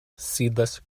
seedless